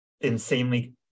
insanely